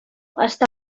està